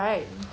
for now